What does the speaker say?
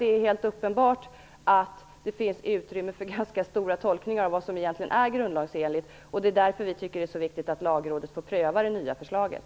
Det är helt uppenbart att det finns stort utrymme för tolkningar av vad som egentligen är grundlagsenligt. Därför tycker vi att det är så viktigt att Lagrådet får pröva det nya förslaget.